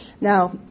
Now